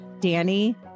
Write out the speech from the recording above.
Danny